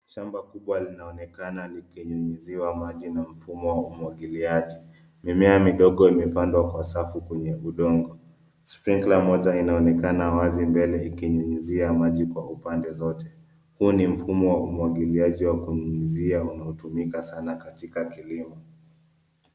Shamba kubwa linaonekana likinyunyiziwa maji na mfumo wa umwagiliaji. Mimea midogo imepandwa kwa safu kwenye udongo. Sprinkler moja inaonekana wazi mbele ikinyunyizia maji kwa upande zote. Huu ni mfumo wa umwagiliaji wa kunyunyizia unaotumika sana katika kilimo.